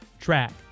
track